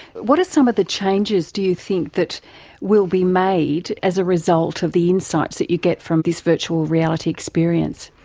what are some of the changes, do you think, that will be made as a result of the insights that you get from this virtual reality experience?